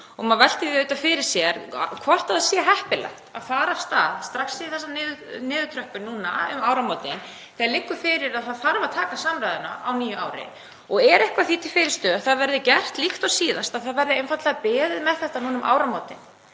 Maður veltir því auðvitað fyrir sér hvort það sé heppilegt að fara af stað strax í þessa niðurtröppun núna um áramótin þegar liggur fyrir að það þarf að taka samræðuna á nýju ári. Er eitthvað því til fyrirstöðu að það verði gert líkt og síðast og það verði einfaldlega beðið með þetta núna um áramótin